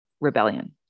rebellion